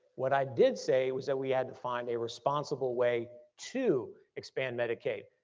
what i did say was that we had to find a responsible way to expand medicaid.